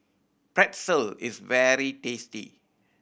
pretzel is very tasty